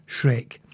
Shrek